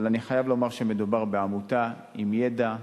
אבל אני חייב לומר שמדובר בעמותה עם ידע,